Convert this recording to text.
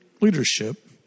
leadership